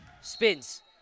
Spins